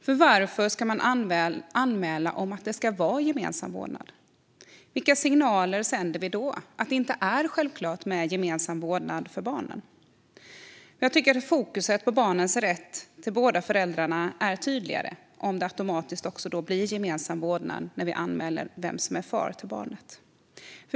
För varför ska man anmäla att det ska vara gemensam vårdnad? Vilka signaler sänder vi då? Säger vi att det inte är självklart med gemensam vårdnad om barnen? Jag tycker att fokuset på barnets rätt till båda föräldrarna är tydligare om det automatiskt blir gemensam vårdnad när man anmäler vem som är far till barnet.